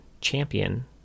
champion